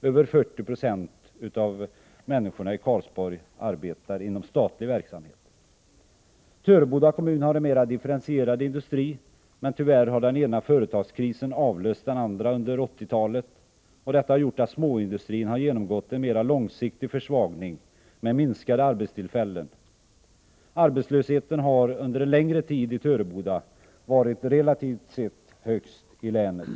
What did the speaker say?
Över 40 96 av människorna i Karlsborg arbetar inom statlig verksamhet. Töreboda har en mer differentierad industri, men tyvärr har den ena företagskrisen avlöst den andra under 1980-talet. Detta har gjort att småindustrin har genomgått en mera långsiktig försvagning med en minskning av antalet arbetstillfällen. Arbetslösheten i Töreboda har under en längre tid varit relativt sett högst i länet.